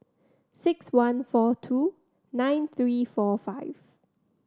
six one four two nine three four five